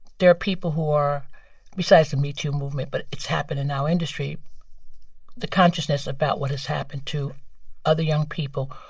there are people who are besides the metoo movement, but it's happened in our industry the consciousness about what has happened to other young people.